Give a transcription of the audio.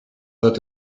wird